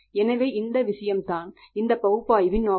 எனவே இந்த விஷயம் தான் இந்த பகுப்பாய்வின் நோக்கம்